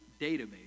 database